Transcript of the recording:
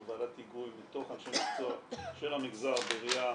ועדת היגוי מתוך אנשי מקצוע של המגזר בראייה